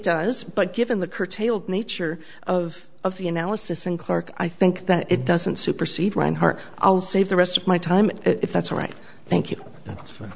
does but given the curtailed nature of of the analysis and clarke i think that it doesn't supersede reinhart i'll save the rest of my time if that's right thank you